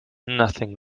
nothing